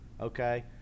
okay